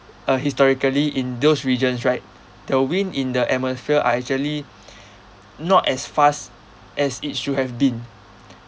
uh historically in those regions right the wind in the atmosphere are actually not as fast as it should have been